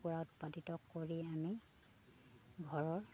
কুকুৰা উৎপাদিত কৰি আমি ঘৰৰ